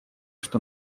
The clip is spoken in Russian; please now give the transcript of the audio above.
что